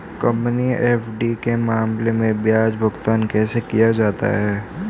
Company FD के मामले में ब्याज भुगतान कैसे किया जाता है?